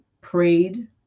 prayed